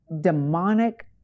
demonic